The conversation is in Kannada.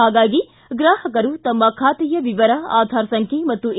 ಹಾಗಾಗಿ ಗ್ರಾಹಕರು ತಮ್ಮ ಖಾತೆಯ ವಿವರ ಆಧಾರ್ ಸಂಖ್ಯೆ ಮತ್ತು ಎ